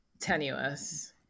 Tenuous